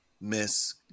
miss